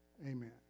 Amen